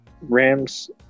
Rams